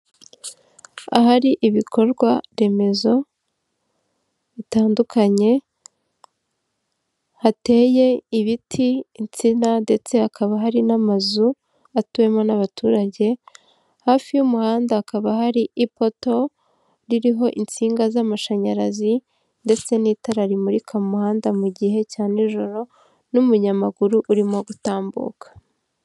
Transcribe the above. Ahari ibikorwa remezo bitandukanye hateye ibiti, insina ndetse hakaba hari n'amazu atuwemo n'abaturage hafi y'umuhanda hakaba hari ipoto ririho insinga z'amashanyarazi ndetse n'itara rimurika mu muhanda mu gihe cya nijoro n'umunyamaguru urimo gutambuka.